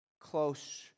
close